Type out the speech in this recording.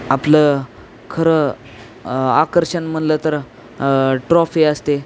आपलं खरं आकर्षण म्हणलं तर ट्रॉफी असते